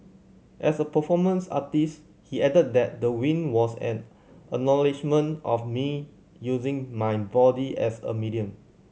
as a performance artist he added that the win was an acknowledgement of me using my body as a medium